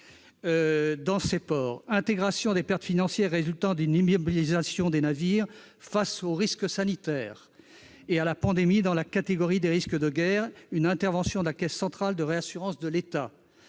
également l'intégration des pertes financières résultant d'une immobilisation des navires face aux risques sanitaires et à la pandémie dans la catégorie des risques de guerre, une intervention de la Caisse centrale de réassurance de l'État